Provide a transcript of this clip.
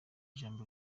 ijambo